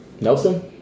Nelson